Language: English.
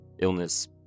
illness